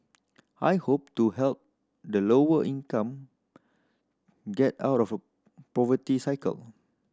I hope to help the lower income get out of poverty cycle